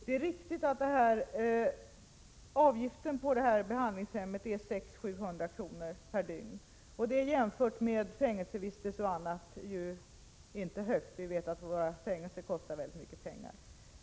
Det är riktigt att avgiften på detta behandlingshem är 600-700 kr. per dygn. Det är inte mycket jämfört med kostnaderna för fängelsevistelser och annat. Vi vet att våra fängelser kostar mycket pengar.